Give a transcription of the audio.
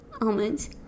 Almonds